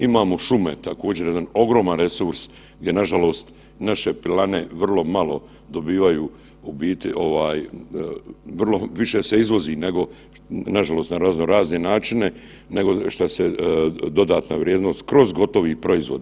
Imamo šume, također jedan ogroman resurs gdje nažalost naše pilane vrlo malo dobivaju u biti ovaj, više se izvozi nego, nažalost na razno razne načine nego šta se dodatna vrijednost kroz gotovi proizvod.